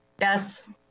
Yes